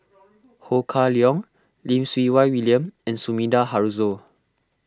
Ho Kah Leong Lim Siew Wai William and Sumida Haruzo